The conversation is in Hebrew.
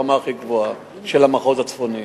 ברמה הכי גבוהה של המחוז הצפוני.